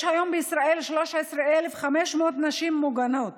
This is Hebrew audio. יש היום בישראל 13,500 נשים מוגנות